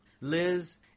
Liz